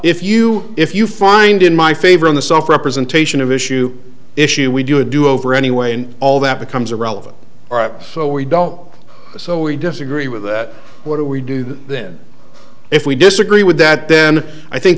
if you if you find in my favor in the soft representation of issue issue we do a do over anyway and all that becomes irrelevant all right so we don't so we disagree with that what do we do then if we disagree with that then i think